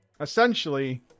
Essentially